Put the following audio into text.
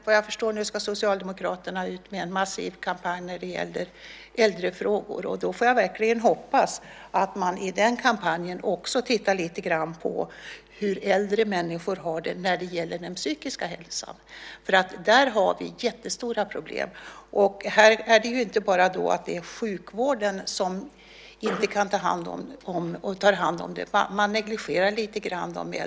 Vad jag förstår ska Socialdemokraterna börja en massiv kampanj i äldrefrågor. Då får jag verkligen hoppas att man i den kampanjen också tittar lite grann på hur äldre människor har det när det gäller den psykiska hälsan. Där har vi jättestora problem. Det är inte bara fråga om att sjukvården inte tar hand om problemen. De äldre negligeras.